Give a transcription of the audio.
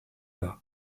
par